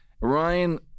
Ryan